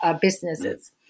businesses